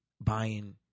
buying